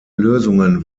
lösungen